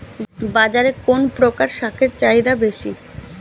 বাজারে কোন প্রকার শাকের চাহিদা বেশী?